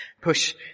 push